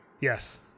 Yes